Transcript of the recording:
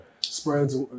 spreads